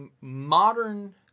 modern